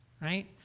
right